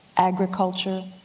agriculture,